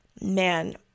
man